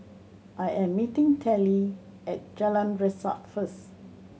I am meeting Telly at Jalan Resak first